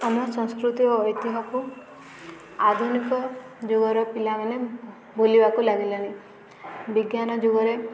ଆମ ସଂସ୍କୃତି ଓ ଐତିହ୍ୟକୁ ଆଧୁନିକ ଯୁଗର ପିଲାମାନେ ବୁଲିବାକୁ ଲାଗିଲେଣି ବିଜ୍ଞାନ ଯୁଗରେ